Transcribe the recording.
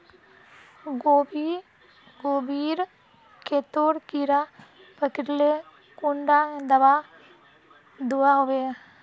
गोभी गोभिर खेतोत कीड़ा पकरिले कुंडा दाबा दुआहोबे?